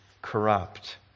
corrupt